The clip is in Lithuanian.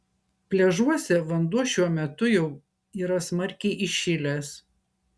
pliažuose vanduo šiuo metu jau yra smarkiai įšilęs